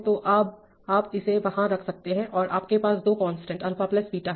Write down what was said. तो अब आप इसे वहां रख सकते हैं और आपके पास दो कांस्टेंट α और β हैं